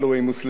ילדים,